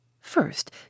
First